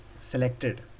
selected